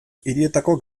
hirietako